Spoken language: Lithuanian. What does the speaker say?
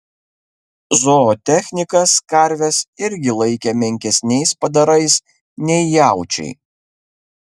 zootechnikas karves irgi laikė menkesniais padarais nei jaučiai